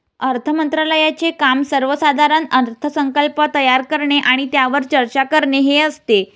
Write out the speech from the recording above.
अर्थ मंत्रालयाचे काम सर्वसाधारण अर्थसंकल्प तयार करणे आणि त्यावर चर्चा करणे हे असते